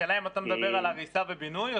השאלה אם אתה מדבר על הריסה ובינוי או